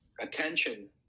attention